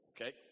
Okay